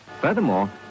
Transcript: furthermore